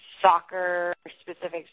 soccer-specific